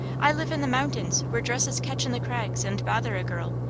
i live in the mountains, where dresses catch in the crags, and bother a girl.